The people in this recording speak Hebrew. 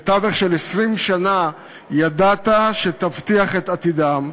בטווח של 20 שנה ידעת שתבטיח את עתידם,